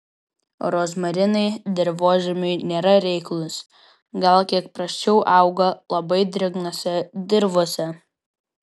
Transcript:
rozmarinai dirvožemiui nėra reiklūs gal kiek prasčiau auga labai drėgnose dirvose